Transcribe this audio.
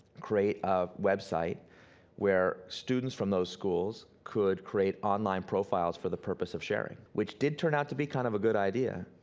create a website where students from those schools could create online profiles for the purpose of sharing, which did turn out to be kind of a good idea,